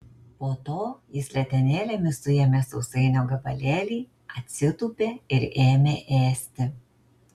po to jis letenėlėmis suėmė sausainio gabalėlį atsitūpė ir ėmė ėsti